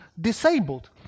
disabled